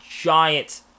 giant